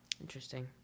Interesting